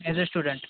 as a student